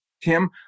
Tim